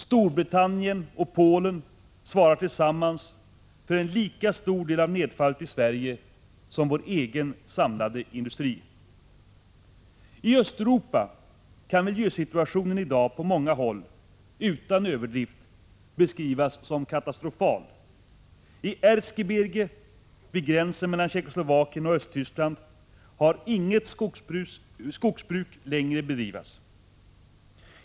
Storbritannien och Polen svarar tillsammans för en lika stor del av nedfallet i Sverige som vår egen samlade industri. I Östeuropa kan miljösituationen i dag på många håll, utan överdrift, beskrivas som katastrofal. I Erzgebirge vid gränsen mellan Tjeckoslovakien och Östtyskland kan inget skogsbruk längre bedrivas.